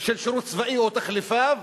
של שירות צבאי או תחליפיו